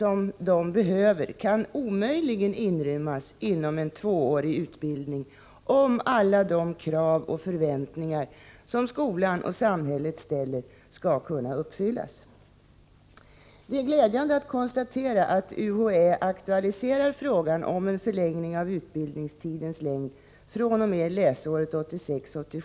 : cm behövs kan omöjligen inrymmas inom en tvåårig utbildning, om alla de och förväntningar som skolan och samhället har skall kunna uppfylla: Det är glädjande att konstatera att UHÄ aktualiserar frågan o.n en förlängning av utbildningstidens längd fr.o.m. läsåret 1986/87.